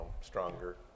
stronger